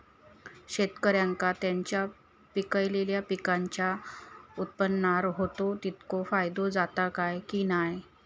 शेतकऱ्यांका त्यांचा पिकयलेल्या पीकांच्या उत्पन्नार होयो तितको फायदो जाता काय की नाय?